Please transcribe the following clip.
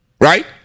right